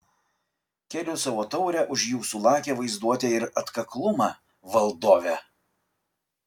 keliu savo taurę už jūsų lakią vaizduotę ir atkaklumą valdove